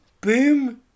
boom